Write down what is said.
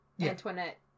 Antoinette